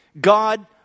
God